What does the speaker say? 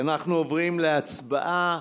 אנחנו עוברים להצבעה.